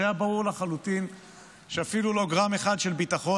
שהיה ברור לחלוטין שאפילו לא גרם אחד של ביטחון